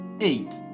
eight